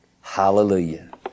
Hallelujah